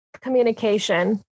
communication